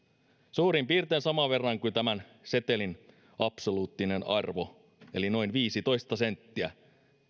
suurin piirtein saman verran kuin tämän setelin absoluuttinen arvo eli noin viisitoista senttiä